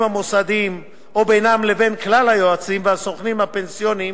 המוסדיים או בינם לבין כלל היועצים והסוכנים הפנסיוניים,